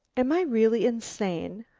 am i really insane?